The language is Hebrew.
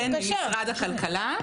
ממשרד הכלכלה.